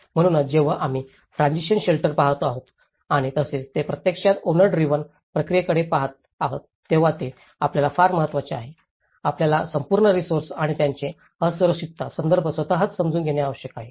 म्हणूनच जेव्हा आम्ही ट्रान्सिशन शेल्टर पहात आहोत आणि तसेच ते प्रत्यक्षात ओनर ड्रिव्हन प्रक्रियेकडे पहात आहेत तेव्हा हे आपल्याला फार महत्वाचे आहे आपल्याला संपूर्ण रिसोर्सेस आणि त्यांचे असुरक्षितता संदर्भ स्वतःच समजून घेणे आवश्यक आहे